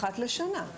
אחת לשנה.